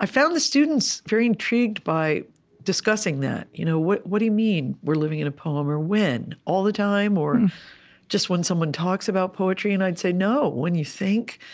i found the students very intrigued by discussing that. you know what what do you mean, we're living in a poem? or, when? all the time, or just when someone talks about poetry? and i'd say, no, when you think,